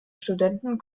studenten